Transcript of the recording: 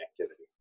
activity